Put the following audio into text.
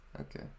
Okay